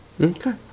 okay